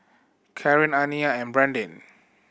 Karen Aniya and Brandin